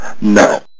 No